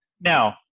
Now